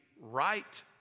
right